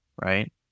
Right